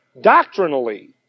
doctrinally